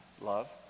love